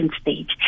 stage